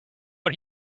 are